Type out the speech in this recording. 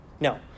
No